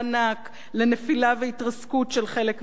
לנפילה והתרסקות של חלק מהאוכלוסייה,